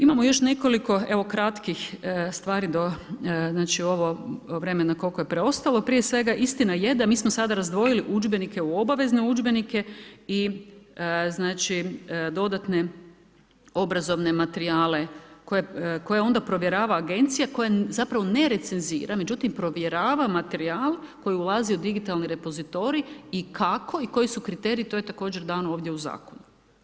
Imamo još nekoliko evo kratkih stvari do ovog vremena koliko je preostalo, prije svega istina je da mi smo sada razdvojili udžbenike u obavezne udžbenike i dodatne obrazovne materijale koje onda provjerava agencija koja zapravo ne recenzira međutim provjerava materijal koji ulazi u digitalni repozitorij i koji su kriteriji, to je također dano ovdje u zakonu.